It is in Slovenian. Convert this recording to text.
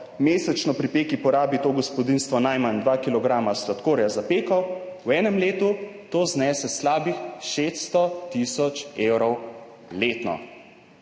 mesečno pri peki porabi to gospodinjstvo najmanj 2 kilograma sladkorja za peko, v enem letu to znese slabih 600 tisoč evrov letno.